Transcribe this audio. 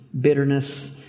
Bitterness